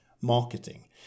marketing